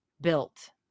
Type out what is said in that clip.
built